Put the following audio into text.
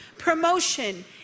Promotion